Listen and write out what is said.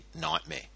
nightmare